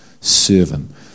servant